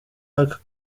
aka